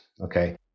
Okay